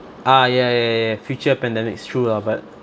ah ya ya ya future pandemic it's true lah but